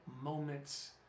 moments